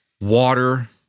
water